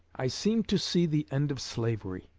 i seem to see the end of slavery.